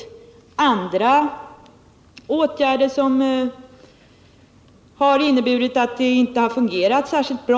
Jag kan instämma i att det finns annat som har inneburit att det inte har fungerat särskilt bra.